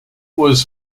was